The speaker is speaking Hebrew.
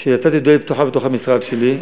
פה שנתתי לו דלת פתוחה במשרד שלי,